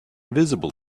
visible